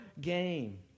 game